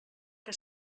que